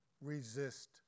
resist